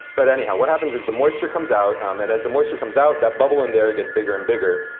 but anyhow, what happens is the moisture comes out. and as the moisture comes out, that bubble in there gets bigger and bigger.